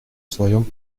своем